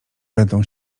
będą